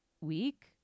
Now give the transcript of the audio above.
week